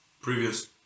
previous